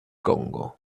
congo